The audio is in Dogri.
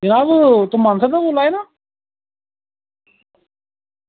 में ते तुस मानसर दा बोल्ला दे ना